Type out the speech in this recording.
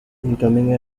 income